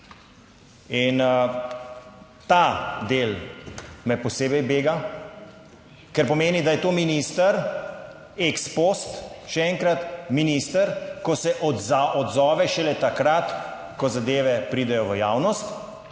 ta del me posebej bega, kar pomeni, da je to minister ex post, še enkrat, minister, ko se odzove šele takrat, ko zadeve pridejo v javnost,